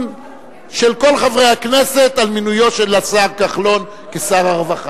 של כל חברי הכנסת על מינויו של השר כחלון כשר הרווחה.